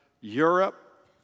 Europe